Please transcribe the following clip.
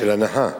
של הנחה.